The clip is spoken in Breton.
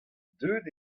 deuet